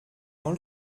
dans